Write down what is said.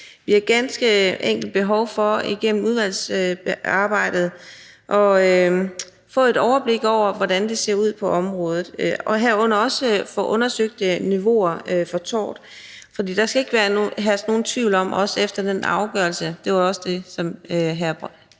Vi har ganske enkelt behov for igennem udvalgsarbejdet at få et overblik over, hvordan det ser ud på området, og herunder også få undersøgt niveauer for tort. For der skal ikke herske nogen tvivl om, at også efter den afgørelse – det var også det, som hr.